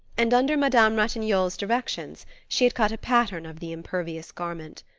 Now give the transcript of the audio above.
and under madame ratignolle's directions she had cut a pattern of the impervious garment.